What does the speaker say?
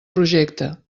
projecte